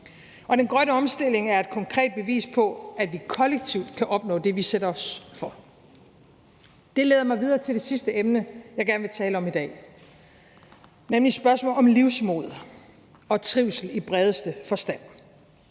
Den grønne omstilling er et konkret bevis på, at vi kollektivt kan opnå det, vi sætter os for. Det leder mig videre til det sidste emne, jeg gerne vil tale om i dag, nemlig spørgsmålet om livsmod og om trivsel i bredeste forstand.